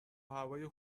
هوای